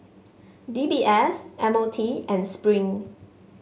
D B S M O T and Spring